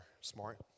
smart